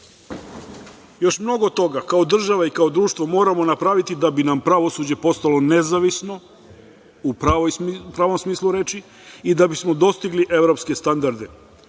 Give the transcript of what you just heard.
mnogo toga kao država i kao društvo moramo napraviti da bi nam pravosuđe postalo nezavisno, u pravom smislu reči da bismo dostigli evropske standarde,